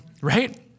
right